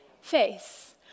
face